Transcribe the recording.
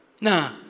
Nah